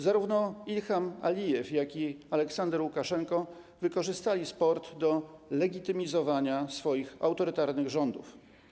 Zarówno Ilham Alijew, jak i Aleksander Łukaszenka wykorzystali sport do legitymizowania swoich autorytarnych rządów.